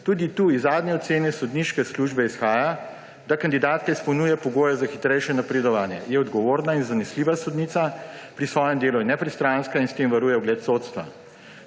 Tudi tu iz zadnje ocene sodniške službe izhaja, da kandidatka izpolnjuje pogoje za hitrejše napredovanje. Je odgovorna in zanesljiva sodnica, pri svojem delu je nepristranska in s tem varuje ugled sodstva.